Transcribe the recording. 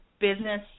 business